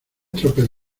tropel